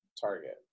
Target